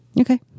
Okay